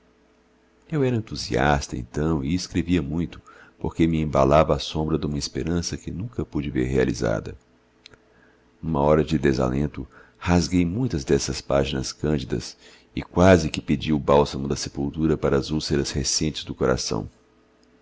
eu era entusiasta então e escrevia muito porque me embalava à sombra duma esperança que nunca pude ver realizada numa hora de desalento rasguei muitas dessas páginas cândidas e quase que pedi o bálsamo da sepultura para as úlceras recentes do coração